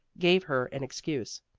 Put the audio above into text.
gave her an excuse.